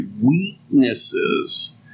weaknesses